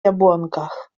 jabłonkach